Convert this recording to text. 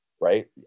Right